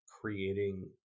creating